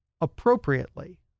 appropriately